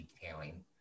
detailing